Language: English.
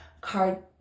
card